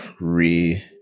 re